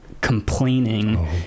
complaining